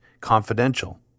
confidential